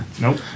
Nope